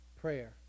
prayer